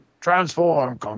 Transform